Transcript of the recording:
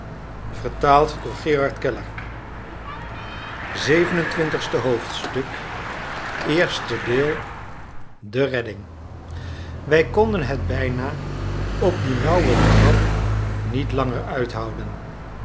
de redding wij konden het bijna op die nauwe trap niet langer uithouden